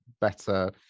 better